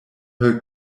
her